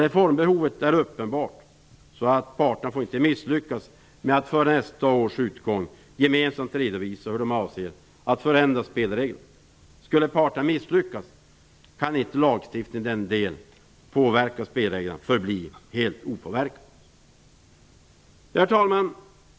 Reformbehovet är så uppenbart att parterna inte får misslyckas med att före nästa års utgång gemensamt redovisa hur de avser att förändra spelreglerna. Skulle parterna misslyckas kan inte lagstiftningen i den del som den påverkar spelreglerna förbli opåverkad. Herr talman!